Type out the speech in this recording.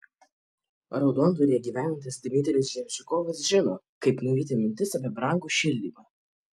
raudondvaryje gyvenantis dmitrijus ževžikovas žino kaip nuvyti mintis apie brangų šildymą